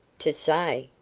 to say?